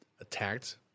attacked